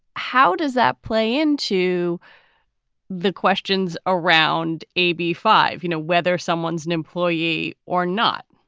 how does that play into the questions around aybe five, you know, whether someone's an employee or not?